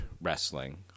Wrestling